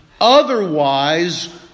Otherwise